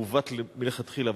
מעוות מלכתחילה,